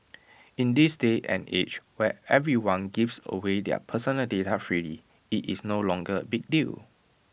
in this day and age where everyone gives away their personal data freely IT is no longer A big deal